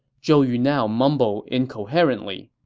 zhou yu now mumbled incoherently,